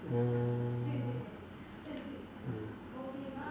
mm